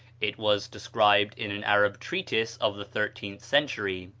it was described in an arab treatise of the thirteenth century.